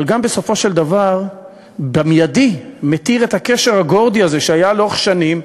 אבל בסופו של דבר הוא במיידי מתיר את הקשר הגורדי הזה שהיה לאורך שנים,